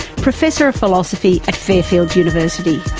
professor of philosophy at fairfield university.